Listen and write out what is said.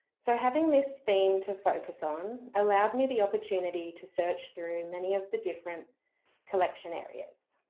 so having this theme to focus on allowed me the opportunity to search through many of the different collection areas.